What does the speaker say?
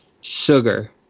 Sugar